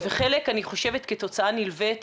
וחלק אני חושבת כתוצאה נלווית